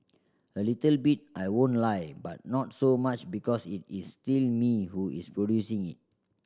a little bit I won't lie but not so much because it is still me who is producing it